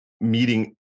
meeting –